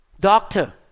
Doctor